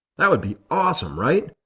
that would be awesome, right?